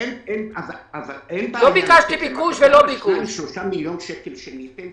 אין בעיה אבל שניים-שלושה מיליון שקלים שניתן,